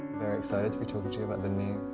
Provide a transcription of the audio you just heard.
very excited to be talking to you about the new